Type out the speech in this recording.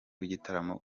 w’igitaramo